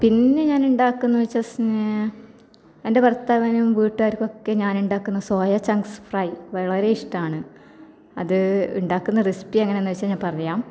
പിന്നെ ഞാൻ ഉണ്ടാക്കുന്നതെന്ന് വെച്ചാൽ സ്നാക്ക്സ് എൻ്റെ ഭർത്താവിനും വീട്ടുകാർക്കുമൊക്കെ ഞാൻ ഉണ്ടാക്കുന്ന സോയാ ചങ്ക്സ് ഫ്രൈ വളരെ ഇഷ്ടമാണ് അത് ഉണ്ടാക്കുന്ന റെസിപ്പി എങ്ങനെയാണെന്ന് വെച്ചാൽ ഞാൻ പറയാം